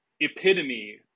epitome